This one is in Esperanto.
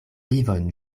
vivon